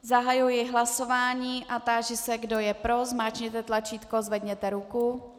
Zahajuji hlasování a táži se, kdo je pro, zmáčkněte tlačítko, zvedněte ruku.